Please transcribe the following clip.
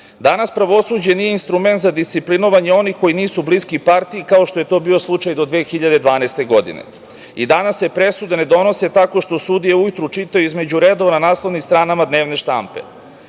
pravosuđe nije instrument za disciplinovanje onih koji nisu bliski partiji, kao što je to bio slučaj do 2012. godine i danas se presude ne donose tako što sudija ujutru čita između redova na naslovnim stranama dnevne štampe.